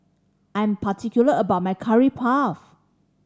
I am particular about my Curry Puff